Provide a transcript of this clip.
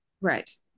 right